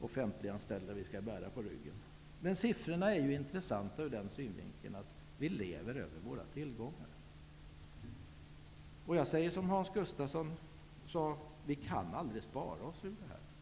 offentliganställda skall vi bära på ryggen? Siffrorna är intressanta ur den synvinkeln att de visar att vi lever över våra tillgångar. Jag säger som Hans Gustafsson, att vi aldrig kan spara oss ur krisen.